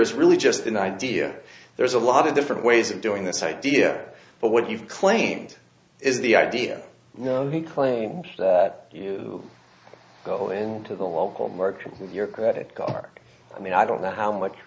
is really just an idea there's a lot of different ways of doing this idea but what you've claimed is the idea you know he claims that you go into the local market with your credit card i mean i don't know how much